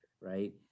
right